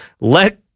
let